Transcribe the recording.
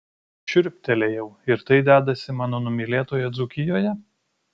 šiurptelėjau ir tai dedasi mano numylėtoje dzūkijoje